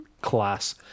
class